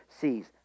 sees